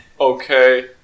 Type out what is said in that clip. Okay